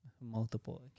multiple